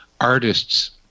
artists